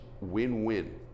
win-win